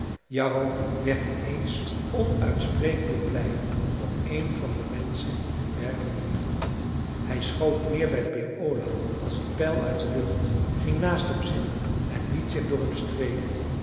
jarro werd in eens onuitsprekelijk blij omdat een van de menschen hem werkelijk liefhad hij schoot neer bij peer ola als een pijl uit de lucht ging naast hem zitten en liet zich door hem streelen